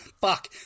fuck